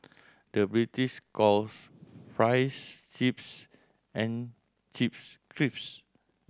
the British calls fries chips and chips